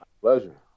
pleasure